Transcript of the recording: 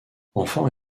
enfants